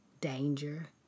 danger